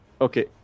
Okay